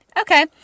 Okay